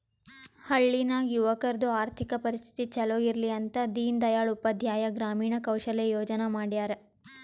ಹಳ್ಳಿ ನಾಗ್ ಯುವಕರದು ಆರ್ಥಿಕ ಪರಿಸ್ಥಿತಿ ಛಲೋ ಇರ್ಲಿ ಅಂತ ದೀನ್ ದಯಾಳ್ ಉಪಾಧ್ಯಾಯ ಗ್ರಾಮೀಣ ಕೌಶಲ್ಯ ಯೋಜನಾ ಮಾಡ್ಯಾರ್